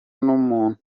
n’umuntu